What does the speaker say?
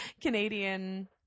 Canadian